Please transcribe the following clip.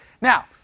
now